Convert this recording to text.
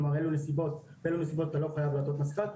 כלומר באילו נסיבות אתה לא חייב לעטות מסכה,